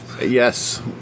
Yes